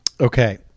Okay